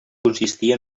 consistir